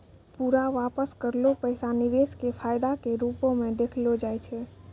पूरा वापस करलो पैसा निवेश के फायदा के रुपो मे देखलो जाय छै